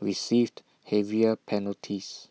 received heavier penalties